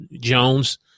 Jones